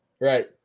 Right